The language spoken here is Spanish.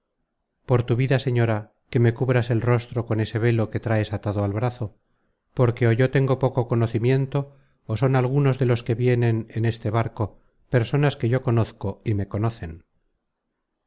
por tu vida señora que me cubras el rostro con ese velo que traes atado al brazo porque ó yo tengo poco conocimiento ó son algunos de los que vienen en este barco personas que yo conozco y me conocen